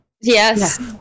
Yes